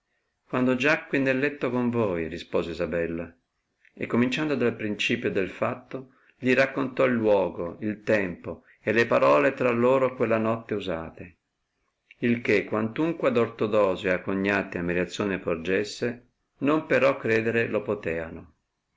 quando giacqui nel letto con voi rispose isabella e cominciando dal principio del fatto li raccontò il luogo il tempo e le parole tra loro quella notte usate il che quantunque ad ortodosio ed a cognati ammirazione porgesse non però credere lo poteano